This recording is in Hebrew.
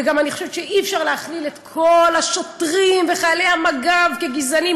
וגם אני חושבת שאי-אפשר להכליל את כל השוטרים וחיילי המג"ב כגזענים.